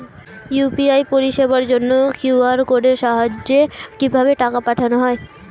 UPI পরিষেবার জন্য QR কোডের সাহায্যে কিভাবে টাকা পাঠানো হয়?